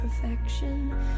perfection